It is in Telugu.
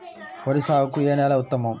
వరి సాగుకు ఏ నేల ఉత్తమం?